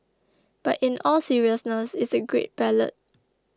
but in all seriousness it's a great ballad